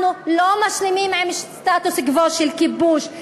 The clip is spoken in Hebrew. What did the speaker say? אנחנו לא משלימים עם סטטוס קוו של כיבוש,